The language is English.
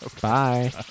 Bye